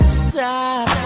stop